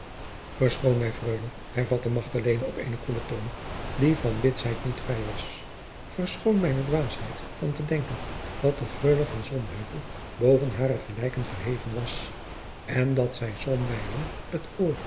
verschoon mij freule hervatte magdalena op eenen koelen toon die van bitsheid niet vrij was verschoon mijne dwaasheid van te denken dat de freule van sonheuvel boven hare gelijken verheven was en dat zij somwijlen het oor